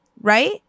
Right